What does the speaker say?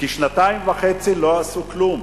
כי שנתיים וחצי לא עשו כלום,